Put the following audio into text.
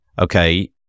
Okay